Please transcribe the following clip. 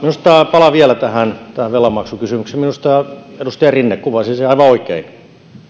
palaan vielä tähän velanmaksukysymykseen minusta edustaja rinne kuvasi sen aivan oikein